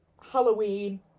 Halloween